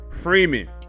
Freeman